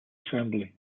assembly